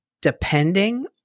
depending